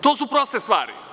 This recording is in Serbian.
To su proste stvari.